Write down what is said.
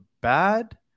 bad